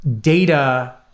data